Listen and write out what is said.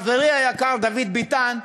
חברי היקר דוד ביטן,